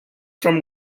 from